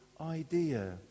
idea